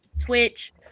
twitch